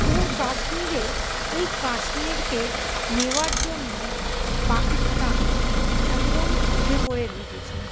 এবং কাশ্মীরে এই কাশ্মীরকে নেওয়ার জন্য পাকিস্তান একদম উঠে পড়ে লেগেছে